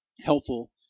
helpful